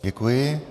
Děkuji.